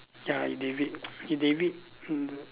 ya David David mm